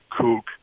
kook